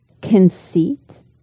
conceit